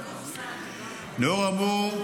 לאור האמור,